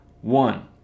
One